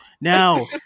now